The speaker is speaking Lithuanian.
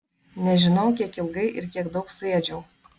nežinau kiek ilgai ir kiek daug suėdžiau